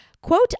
quote